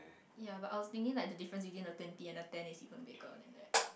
ya but I was thinking like the difference between a twenty and a ten if you and then there